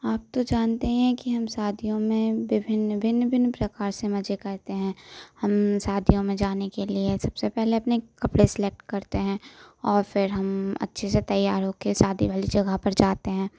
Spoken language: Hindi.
आप तो जानते हैं कि हम शादियों में विभिन्न भिन्न भिन्न प्रकार से मज़े करते हैं हम शादियों में जाने के लिए सबसे पहले अपने कपड़े सिलेक्ट करते हैं और फिर हम अच्छे से तैयार होके शादी वाली जगह पर जाते हैं